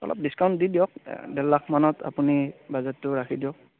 অলপ ডিছ্কাউণ্ট দি দিয়ক ডেৰ লাখ মানত আপুনি বাজেটটো ৰাখি দিয়ক